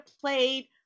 played